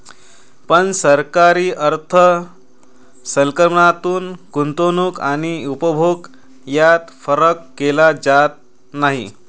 पण सरकारी अर्थ संकल्पात गुंतवणूक आणि उपभोग यात फरक केला जात नाही